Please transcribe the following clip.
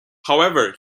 however